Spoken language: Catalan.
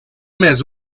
més